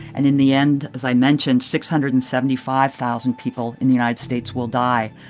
and in the end, as i mentioned, six hundred and seventy five thousand people in the united states will die.